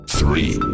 three